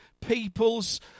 people's